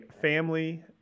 family